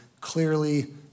clearly